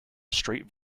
straight